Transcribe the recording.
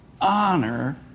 Honor